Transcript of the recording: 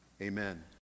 Amen